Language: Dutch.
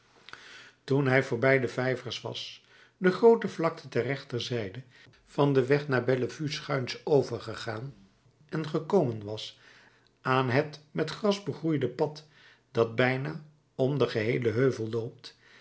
toen hij voorbij de vijvers was de groote vlakte ter rechterzijde van den weg naar bellevue schuins overgegaan en gekomen was aan het met gras begroeide pad dat bijna om den geheelen heuvel loopt